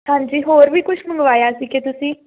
ਹਾਂਜੀ ਹੋਰ ਵੀ ਕੁਝ ਮੰਗਵਾਇਆ ਸੀ ਕਿ ਤੁਸੀਂ